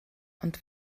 ond